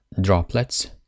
droplets